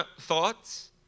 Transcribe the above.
thoughts